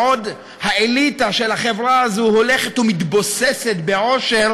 בעוד האליטה של החברה הזאת הולכת ומתבוססת בעושר